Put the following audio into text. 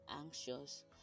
anxious